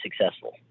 successful